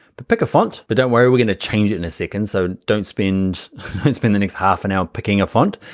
but pick a font. but don't worry we're gonna change it in a second, so don't spend and spend the next half an hour picking a font,